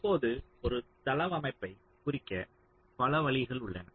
இப்போது ஒரு தளவமைப்பைக் குறிக்க பல வழிகள் உள்ளன